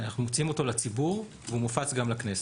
אנחנו מוציאים אותו לציבור והוא מופץ גם לכנסת.